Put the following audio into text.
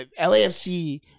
LAFC